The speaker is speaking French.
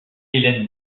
hélène